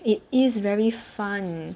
it is very fun